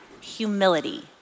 Humility